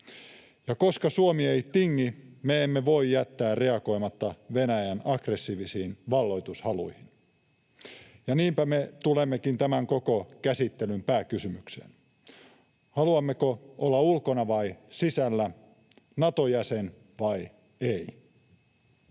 ja koska Suomi ei tingi, me emme voi jättää reagoimatta Venäjän aggressiivisiin valloitushaluihin, ja niinpä me tulemmekin tämän koko käsittelyn pääkysymykseen: haluammeko olla ulkona vai sisällä, Nato-jäsen vai ei?